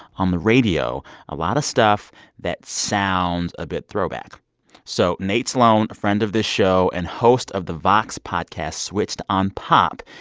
on the radio, a lot of stuff that sounds a bit throwback so nate sloan, a friend of this show and host of the vox podcast switched on pop,